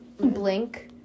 Blink